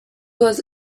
was